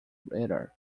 radar